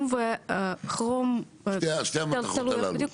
שתי המתכות הללו.